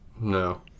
No